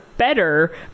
better